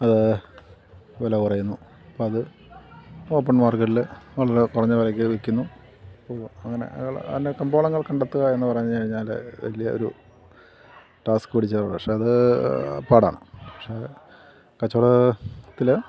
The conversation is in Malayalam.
അത് വില കുറയുന്നു അപ്പം അത് ഓപ്പൺ മാർക്കറ്റിൽ വളരെ കുറഞ്ഞ വിലയ്ക്ക് വിൽക്കുന്നു അങ്ങനെ അതിൻ്റെ കമ്പോളങ്ങൾ കണ്ടെത്തുക എന്നു പറഞ്ഞു കഴിഞ്ഞാൽ വലിയ ഒരു ടാസ്ക് പിടിച്ച പക്ഷെ അത് പാടാണ് പക്ഷേ കച്ചവടത്തിൽ